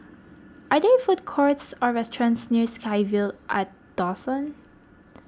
are there food courts or restaurants near SkyVille at Dawson